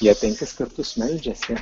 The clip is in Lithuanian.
jie penkis kartus meldžiasi